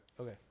Okay